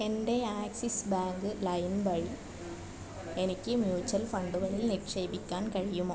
എൻ്റെ Axis Bank ലൈം വഴി എനിക്ക് മ്യൂച്വൽ ഫണ്ടുകളിൽ നിക്ഷേപിക്കാൻ കഴിയുമോ